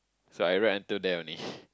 so I write until there only